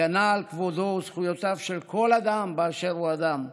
הגנה על כבודו וזכויותיו של כל אדם באשר הוא אדם,